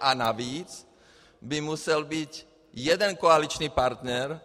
A navíc by musel mít jeden koaliční partner